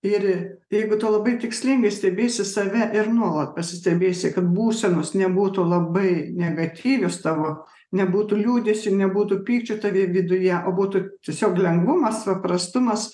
ir jeigu tu labai tikslingai stebėsi save ir nuolat pasistebėsi kad būsenos nebūtų labai negatyvios tavo nebūtų liūdesio nebūtų pykčio tavi viduje o būtų tiesiog lengvumas paprastumas